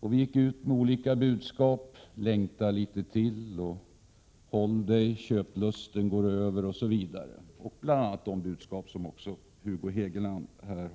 Vi gick ut med olika budskap — ”längta litet till” och ”håll dig, köplusten går över” osv. Dessutom var det de budskap som Hugo Hegeland här har citerat.